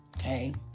okay